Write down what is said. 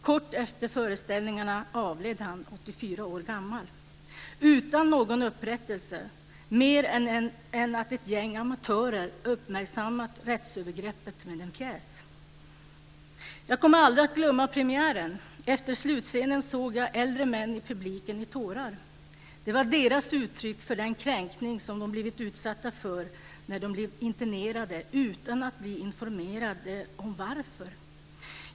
Kort efter föreställningarna avled han, 84 år gammal, utan någon upprättelse mer än att ett gäng amatörer uppmärksammat rättsövergreppet med en pjäs. Jag kommer aldrig att glömma premiären. Efter slutscenen såg jag äldre män i publiken i tårar. Det var deras uttryck för den kränkning som de blivit utsatta för när de blev internerade utan att bli informerade om varför.